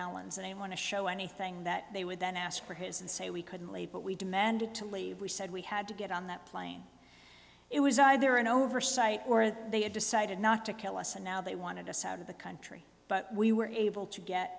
allen's and they want to show anything that they would then ask for his and say we couldn't leave but we demanded to leave we said we had to get on that plane it was either an oversight or they had decided not to kill us and now they wanted us out of the country but we were able to get